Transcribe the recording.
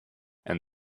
and